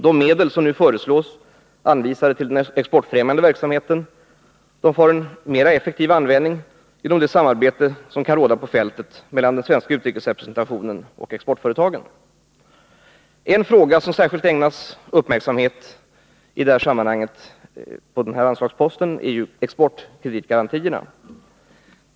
De medel som föreslås anvisade till den exportfrämjande verksamheten får en mer effektiv användning genom det samarbete som kan råda på fältet mellan den svenska utrikesrepresentationen och exportföretagen. En fråga som ägnas särskild uppmärksamhet i det här sammanhanget är exportkreditgarantierna.